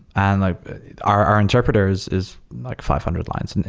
and like our our interpreters is like five hundred lines. and